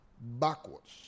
backwards